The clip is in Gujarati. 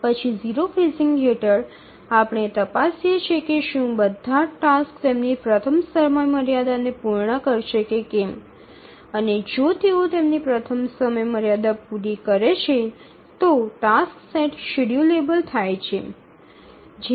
પછી 0 ફેઝિંગ હેઠળ આપણે તપાસીએ છીએ કે શું બધા ટાસ્ક તેમની પ્રથમ સમયમર્યાદાને પૂર્ણ કરશે કે કેમ અને જો તેઓ તેમની પ્રથમ સમયમર્યાદા પૂરી કરે છે તો ટાસક્સ સેટ શેડ્યૂલેબલ થાય છે